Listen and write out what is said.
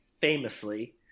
famously